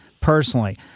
personally